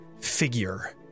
figure